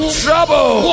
trouble